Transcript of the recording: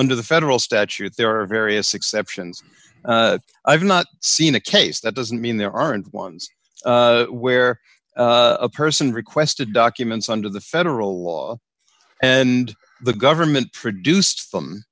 under the federal statute there are various exceptions i've not seen a case that doesn't mean there aren't ones where a person requested documents under the federal law and the government produced th